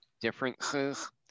differences